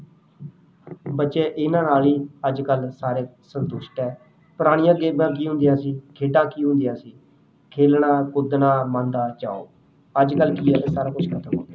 ਬੱਚੇ ਇਹਨਾਂ ਨਾਲ ਹੀ ਅੱਜ ਕੱਲ੍ਹ ਸਾਰੇ ਸੰਤੁਸ਼ਟ ਹੈ ਪੁਰਾਣੀਆਂ ਗੇਮਾਂ ਕੀ ਹੁੰਦੀਆਂ ਸੀ ਖੇਡਾਂ ਕੀ ਹੁੰਦੀਆਂ ਸੀ ਖੇਲਣਾ ਕੁੱਦਣਾ ਮਨ ਦਾ ਚਾਅ ਅੱਜ ਕੱਲ੍ਹ ਕੀ ਹੈ ਇਹ ਸਾਰਾ ਕੁਛ ਖਤਮ ਹੋ ਗਿਆ